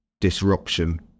disruption